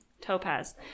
Topaz